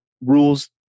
rules